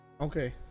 Okay